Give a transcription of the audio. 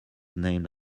named